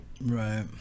Right